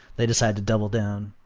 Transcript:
they decide to double-down.